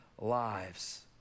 lives